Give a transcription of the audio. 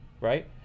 right